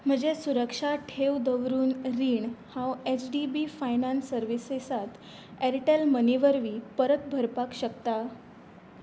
म्हजें सुरक्षा ठेव दवरून रीण हांव एच डी बी फायनान्स सर्वीसेसात ऍरटॅल मनी वरवीं परत भरपाक शकता